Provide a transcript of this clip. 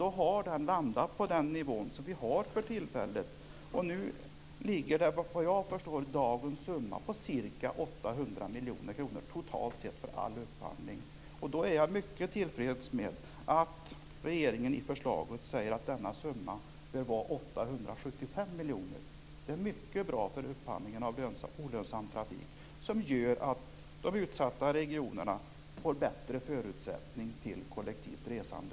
Den har då landat på den nivå som vi för tillfället har. Dagens summa ligger, såvitt jag förstår, på ca 800 miljoner kronor totalt sett för all upphandling. Då är jag mycket tillfreds med att regeringen i förslaget säger att denna summa bör vara 875 miljoner kronor. Det är mycket bra för upphandlingen av olönsam trafik, vilket gör att de utsatta regionerna får bättre förutsättningar för kollektivt resande.